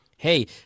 Hey